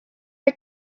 are